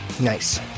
nice